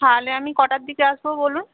তাহলে আমি কটার দিকে আসব বলুন